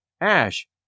ash